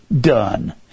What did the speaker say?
done